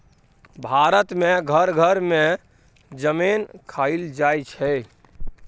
भारत मे घर घर मे जमैन खाएल जाइ छै